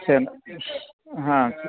chain हा